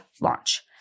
launch